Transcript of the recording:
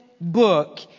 book